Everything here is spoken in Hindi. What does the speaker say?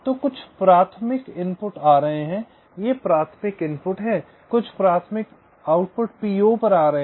तो कुछ प्राथमिक इनपुट आ रहे हैं ये प्राथमिक इनपुट हैं कुछ प्राथमिक आउटपुट पीओ आ रहे हैं